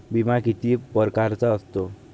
बिमा किती परकारचा असतो?